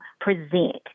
present